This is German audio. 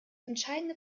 entscheidende